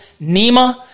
NEMA